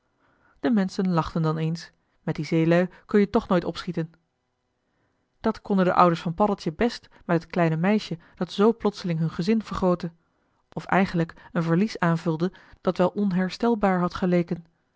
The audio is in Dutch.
de menschen lachten dan eens met die zeelui kunje toch nooit opschieten dat konden de ouders van paddeltje best met het kleine meisje dat zoo plotseling hun gezin vergrootte of eigenlijk een verlies aanvulde dat wel onherstelbaar had geleken